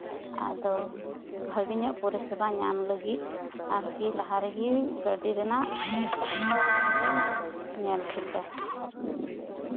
ᱟᱫᱚ ᱵᱷᱹᱟᱜᱤ ᱧᱚᱜ ᱯᱚᱨᱤᱥᱮᱵᱟ ᱧᱟᱢ ᱞᱟᱹᱜᱤᱫ ᱟᱨᱠᱤ ᱞᱟᱦᱟ ᱨᱮᱜᱮ ᱜᱟᱹᱰᱤ ᱨᱮᱱᱟᱜ ᱧᱮᱞ ᱴᱷᱤᱠᱟ